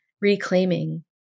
reclaiming